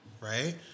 right